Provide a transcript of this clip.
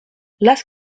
las